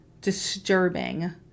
disturbing